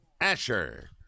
Asher